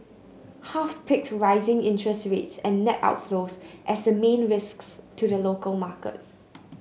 half picked rising interest rates and net outflows as the main risks to the local market